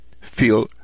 feel